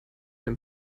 dem